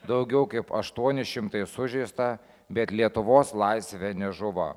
daugiau kaip aštuoni šimtai sužeista bet lietuvos laisvė nežuvo